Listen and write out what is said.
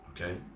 okay